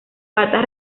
patas